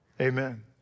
Amen